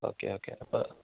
okay okay അപ്പം